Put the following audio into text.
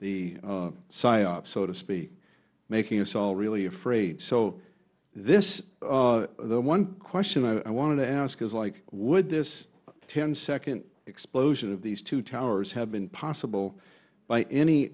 psyops so to speak making us all really afraid so this is the one question i wanted to ask is like would this ten second explosion of these two towers have been possible by any